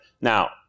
Now